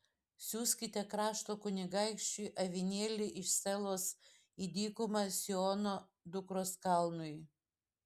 siųskite krašto kunigaikščiui avinėlį iš selos į dykumą siono dukros kalnui